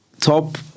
top